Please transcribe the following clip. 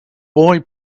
boy